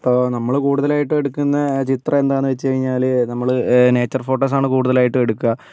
ഇപ്പോൾ നമ്മള് കൂടുതലായിട്ടും എടുക്കുന്ന ചിത്രം എന്താ എന്ന് വെച്ച് കഴിഞ്ഞാല് നമ്മള് നേച്ചർ ഫോട്ടോസാണ് കൂടുതലായിട്ടും എടുക്കുക